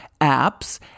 apps